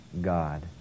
God